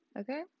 okay